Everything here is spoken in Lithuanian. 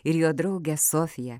ir jo draugę sofiją